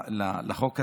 לחוק הזה,